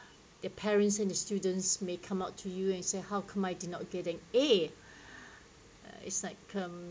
the parents and the students may come up to you and say how come iI did not get an A uh it's like um